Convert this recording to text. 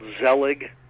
Zelig